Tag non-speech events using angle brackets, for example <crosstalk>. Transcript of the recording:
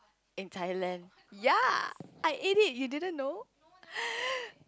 in Thailand ya I ate it you didn't know <laughs>